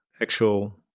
actual